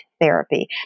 therapy